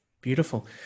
Beautiful